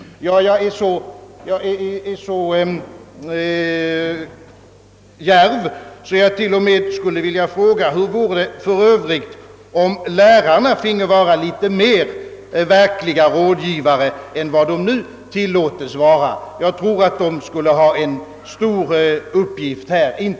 Jag är så djärv att jag t.o.m. skulle vilja fråga: Hur vore det om lärarna finge vara litet mer verkliga rådgivare än de nu tillåts vara? Jag tror att de skulle ha en stor uppgift att fylla.